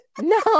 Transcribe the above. No